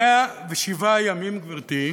107 ימים, גברתי,